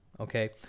okay